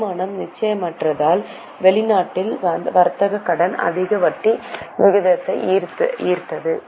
வருமானம் நிச்சயமற்றதால் வெளிநாட்டு வர்த்தக கடன் அதிக வட்டி விகிதத்தை ஈர்த்தது